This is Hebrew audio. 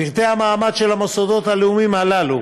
פרטי המעמד של המוסדות הלאומיים הללו,